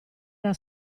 era